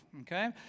okay